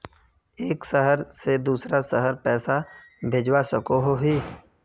एक शहर से दूसरा शहर पैसा भेजवा सकोहो ही?